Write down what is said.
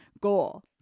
goal